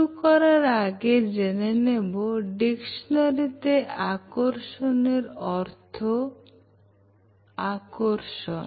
শুরু করার আগে জেনে নেব ডিকশনারিতে আকর্ষণের অর্থ আকর্ষণ